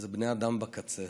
אלה בני אדם בקצה.